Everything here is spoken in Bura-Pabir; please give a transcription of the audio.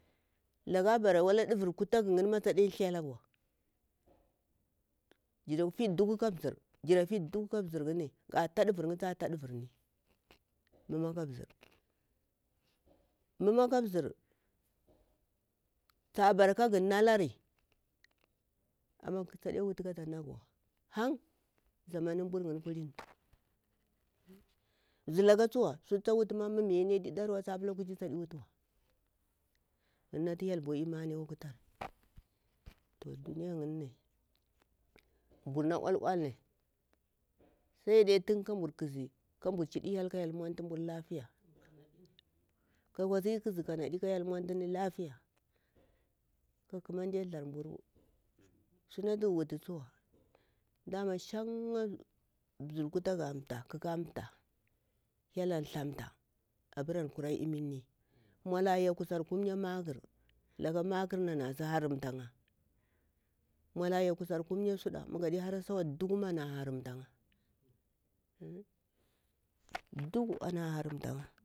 Lakah abarah walah ɗuvur kuthaga ma tach thlagawa girafi ɗugu kah bzir khani tah taɗuuur ni kah taɗuuur kha nmumah kah bzir nmumah kah bzir tah barah kahgu nalari amah tadiwutu kata nalagawa han zamanbur khani kuthini. Bzir lakaɦ thuswa suthu wutamah mah miyani mah aɗe wutuwa tah pulah kuɦimah taɗi wutuwa mah natu hlel vu imani aƙwah kutari. Toh duniya ngini nbur na ul- uln, sai dai kabur kasi, kabur chiɗi, hlel kah hlel, nmuntubur lafiyah. Kah wasiki kzi ƙandi kah hyel nmunthani lafiya ƙah kunumande tharburu, sanah tugu wutu, huwa damah sankha bzir kutagah amtah kakah amfah hyel am thlamtal abar an kura imini nmuthlah aya kusar kumya makur lakate ni ntasa haramta kha, nmuthla aya lavar kumya sudah nmugaɗi hara sa'ama wa ɗugu mah anah haramta kha.